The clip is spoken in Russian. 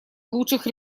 лучших